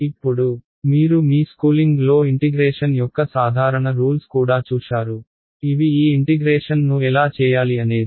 ఇప్పుడు మీరు మీ స్కూలింగ్లో ఇంటిగ్రేషన్ యొక్క సాధారణ రూల్స్ కూడా చూశారు ఇవి ఈ ఇంటిగ్రేషన్ను ఎలా చేయాలి అనేది